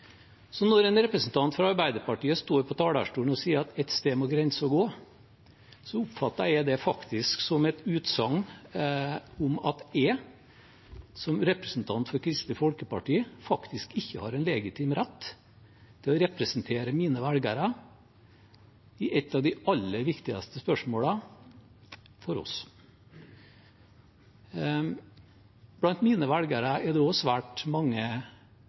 Så når en representant for Arbeiderpartiet står på talerstolen og sier at ett sted må grensen gå, oppfatter jeg det faktisk som et utsagn om at jeg som representant for Kristelig Folkeparti faktisk ikke har en legitim rett til å representere mine velgere i et av de aller viktigste spørsmålene for oss. Blant mine velgere er det også svært mange